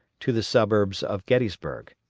to the suburbs of gettysburg.